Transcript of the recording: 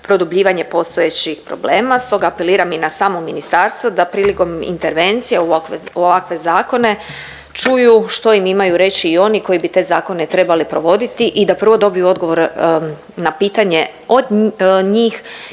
produbljivanje postojećih problema. Stoga apeliram i na samo ministarstvo da prilikom intervencije u ovakve zakone čuju što im imaju reći i oni koji bi te zakone trebali provoditi i da prvo dobiju odgovore na pitanje od njih